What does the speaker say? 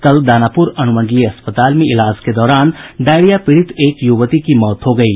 कल दानापुर अनुमंडलीय अस्पताल में इलाज के दौरान डायरिया पीड़ित एक युवती की मौत हो गयी